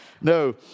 No